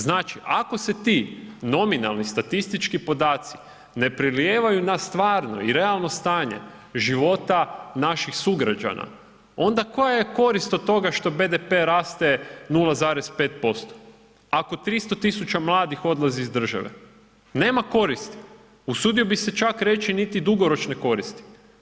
Znači, ako se ti nominalni statistički podaci ne prelijevaju na stvarno i realno stanje života naših sugrađana, onda koja je korist od toga što BDP raste 0,5% ako 300 000 mladih odlazi iz države, nema koristi, usudio bi se čak reći niti dugoročne koristi.